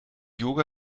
yoga